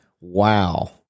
Wow